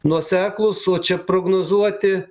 nuoseklūs o čia prognozuoti